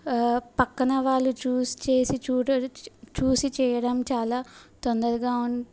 పక్కన వాళ్ళు చూసిచేసి చూడడ్ చూసి చేయడం చాలా తొందరగా ఉన్